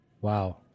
Wow